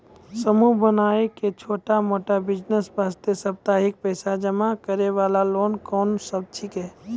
समूह बनाय के छोटा मोटा बिज़नेस वास्ते साप्ताहिक पैसा जमा करे वाला लोन कोंन सब छीके?